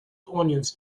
onions